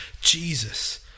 Jesus